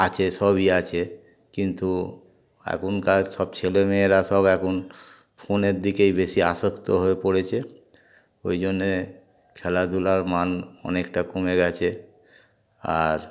আছে সবই আছে কিন্তু এখনকার সব ছেলেমেয়েরা সব এখন ফোনের দিকেই বেশি আসক্ত হয়ে পড়েছে ওই জন্যে খেলাধুলার মান অনেকটা কমে গেছে আর